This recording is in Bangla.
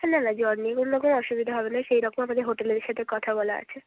না না জল নিয়ে কোনো রকমের অসুবিধা হবে না সেই রকম আপনাদের হোটেলের সাথে কথা বলা আছে